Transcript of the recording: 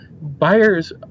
buyers